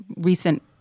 recent